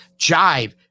jive